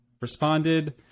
responded